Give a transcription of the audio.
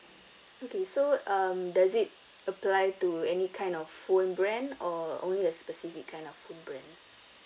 okay so um does it apply to any kind of phone brand or only a specific kind of phone brand